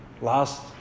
last